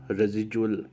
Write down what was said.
residual